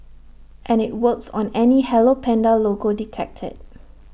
and IT works on any hello Panda logo detected